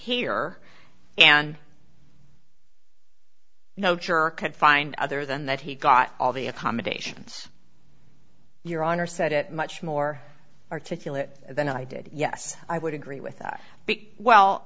here and no juror could find other than that he got all the accommodations your honor said it much more articulate than i did yes i would agree with that